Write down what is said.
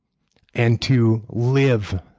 and to live